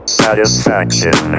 satisfaction